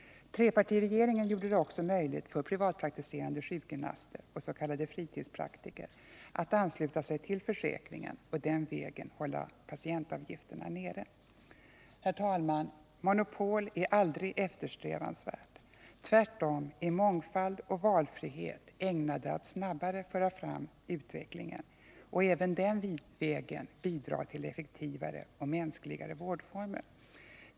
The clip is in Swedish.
Trepartiregeringen gjorde det också möjligt för privatpraktiserande sjukgymnaster och s.k. fritidspraktiker att ansluta sig till försäkringen och den vägen hålla patientavgifterna nere. Herr talman! Monopol är aldrig eftersträvansvärt. Tvärtom är mångfald och valfrihet ägnade att snabbare föra utvecklingen framåt och även den vägen bidra till effektivare och mänskligare vårdformer.